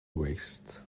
waste